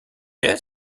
est